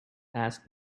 ask